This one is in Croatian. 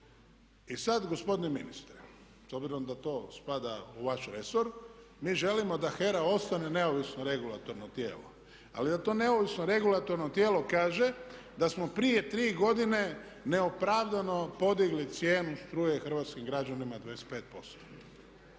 I sad gospodine ministre, s obzirom da to spada u vaš resor, mi želimo da HERA ostane neovisno regulatorno tijelo ali da to neovisno regulatorno tijelo kaže da smo prije tri godine neopravdano podigli cijenu struje hrvatskim građanima 25%